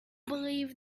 believed